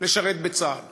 לשרת בצה"ל